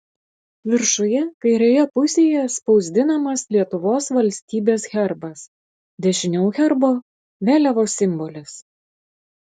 viršuje kairėje pusėje spausdinamas lietuvos valstybės herbas dešiniau herbo vėliavos simbolis